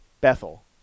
Bethel